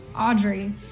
Audrey